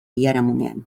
biharamunean